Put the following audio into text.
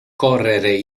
correre